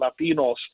Latinos